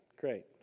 Great